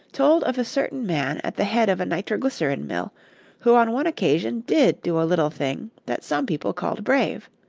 told of a certain man at the head of a nitroglycerin-mill who on one occasion did do a little thing that some people called brave.